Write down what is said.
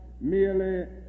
merely